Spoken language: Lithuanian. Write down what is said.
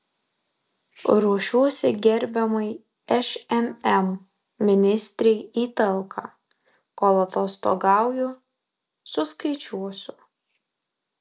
ruošiuosi gerbiamai šmm ministrei į talką kol atostogauju suskaičiuosiu